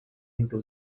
into